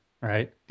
right